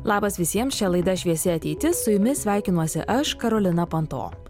labas visiems čia laida šviesi ateitis su jumis sveikinuosi aš karolina panto